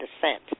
descent